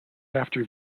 after